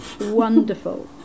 wonderful